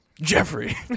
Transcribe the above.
jeffrey